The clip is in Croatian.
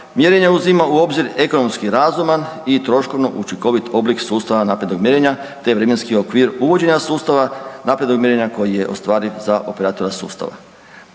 mjerenja uzima u obzir ekonomski razuman i troškovno učinkovit oblik sustava naprednog mjerenja, te vremenski okvir uvođenja sustava naprednog mjerenja koji je ostvariv za operativa sustava.